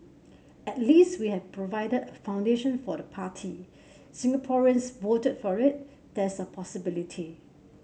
at least we have provided a foundation for the party Singaporeans voted for it there's a possibility